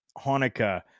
Hanukkah